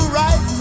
right